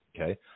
Okay